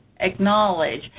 acknowledge